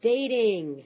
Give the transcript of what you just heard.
Dating